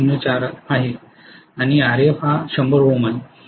04 आणि Rf हा 100 ohm आहेत